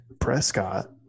Prescott